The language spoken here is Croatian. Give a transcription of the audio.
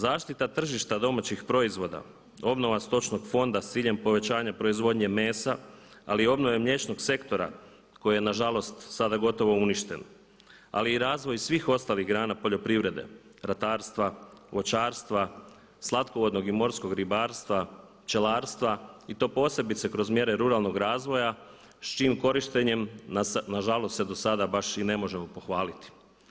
Zaštita tržišta domaćih proizvoda, obnova stočnog fonda sa ciljem povećanja proizvodnje mesa ali i obnove mliječnog sektora koje je nažalost sada gotovo uništeno ali i razvoj svih ostalih grana poljoprivrede, ratarstva, voćarstva, slatkovodnog i morskog ribarstva, pčelarstva i to posebice kroz mjere ruralnog razvoja s čijim korištenjem nažalost se do sada baš i ne možemo pohvaliti.